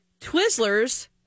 Twizzlers